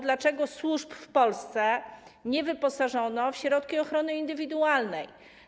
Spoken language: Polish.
Dlaczego służb w Polsce nie wyposażono w środki ochrony indywidualnej?